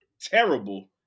terrible